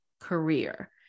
career